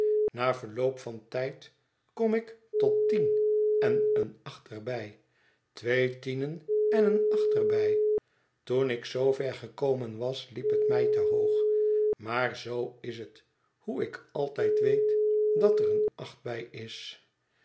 na verloop van tijd kom ik tot tien en een acht er bij twee tienen en een acht er bij toen ik zoover gekomen was liep het mij te hoog maar zoo is het hoe ik altijd weet dat er een acht bij is